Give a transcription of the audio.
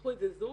שפתחו אותה זוג,